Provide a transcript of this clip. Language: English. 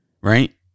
right